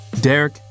Derek